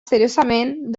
seriosament